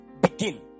begin